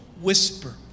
whisper